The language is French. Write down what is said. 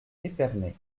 épernay